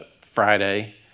Friday